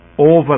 Over